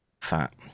fat